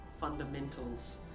Fundamentals